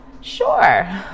sure